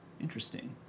Interesting